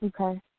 Okay